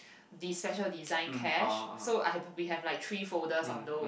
the special design cash so I have we have like three folders of those